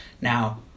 Now